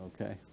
Okay